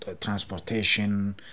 transportation